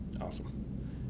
Awesome